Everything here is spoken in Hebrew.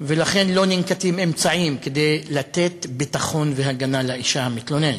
ולכן לא ננקטים אמצעים כדי לתת ביטחון והגנה לאישה המתלוננת.